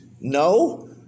No